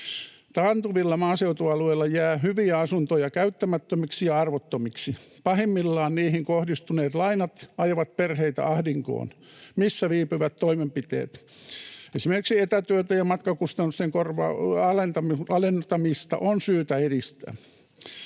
Taantuvilla maaseutualueilla jää hyviä asuntoja käyttämättömiksi ja arvottomiksi. Pahimmillaan niihin kohdistuneet lainat ajavat perheitä ahdinkoon. Missä viipyvät toimenpiteet? Esimerkiksi etätyötä ja matkakustannusten alentamista on syytä edistää.